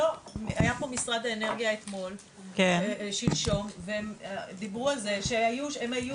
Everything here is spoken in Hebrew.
היה פה משרד האנרגיה שלשום והם דיברו על זה שהיו